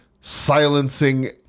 silencing